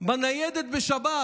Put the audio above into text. בניידת בשבת.